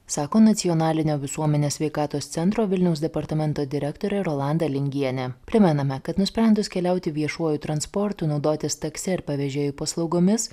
sako nacionalinio visuomenės sveikatos centro vilniaus departamento direktorė rolanda lingienė primename kad nusprendus keliauti viešuoju transportu naudotis taksi ar pavėžėjo paslaugomis